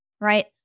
right